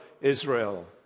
Israel